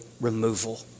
removal